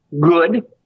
good